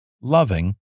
loving